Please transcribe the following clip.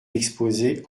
exposé